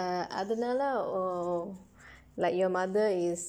எதுனால ஓ:ethunaala oo like your mother is